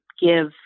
give